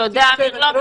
גברתי היושבת ראש --- לא,